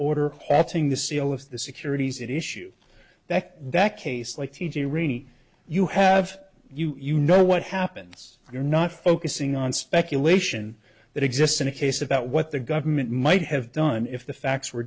order putting the c e o of the securities it issue that that case like t j rainey you have you you know what happens you're not focusing on speculation that exists in a case about what the government might have done if the facts were